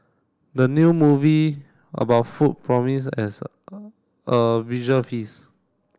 the new movie about food promise as a visual feast